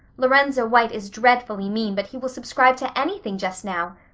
lorenzo white is dreadfully mean but he will subscribe to anything just now.